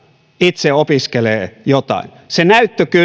itseopiskelee jotain se